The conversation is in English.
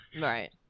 Right